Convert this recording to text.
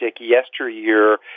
yesteryear